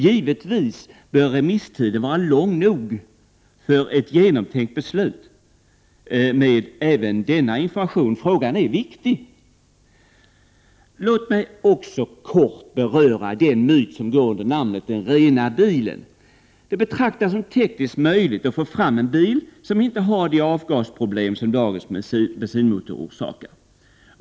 Givetvis bör remisstiden vara anpassad så, att ett genomtänkt beslut kan fattas som alltså bygger även på denna information. Frågan är viktig. Låt mig också kort beröra myten om ”den rena bilen”. Det betraktas ju som tekniskt möjligt att få fram en bil som inte har de avgasproblem som dagens bensinmotor orsakar.